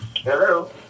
Hello